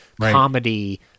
comedy